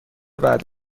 بعد